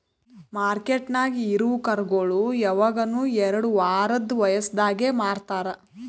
ಮಾರ್ಕೆಟ್ದಾಗ್ ಇರವು ಕರುಗೋಳು ಯವಗನು ಎರಡು ವಾರದ್ ವಯಸದಾಗೆ ಮಾರ್ತಾರ್